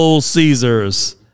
Caesars